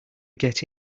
get